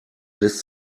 lässt